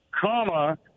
comma